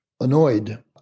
annoyed